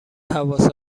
حواس